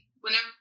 whenever